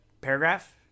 paragraph